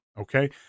Okay